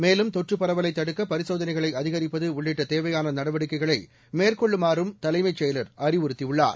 மேலும் தொற்றுப் பரவலை தடுக்க பரிசோதனைகளை அதிகரிப்பது உள்ளிட்ட தேவையான நடவடிக்கைகளை மேற்கொள்ளுமாறும் தலைமைச் செயலாளர் அறிவுறுத்தியுள்ளார்